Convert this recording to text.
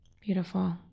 Beautiful